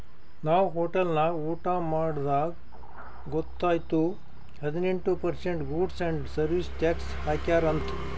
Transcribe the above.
ನಾವ್ ಹೋಟೆಲ್ ನಾಗ್ ಊಟಾ ಮಾಡ್ದಾಗ್ ಗೊತೈಯ್ತು ಹದಿನೆಂಟ್ percent goods and service tax ಹಾಕ್ಯಾರ್ ಅಂತ್